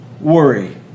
worry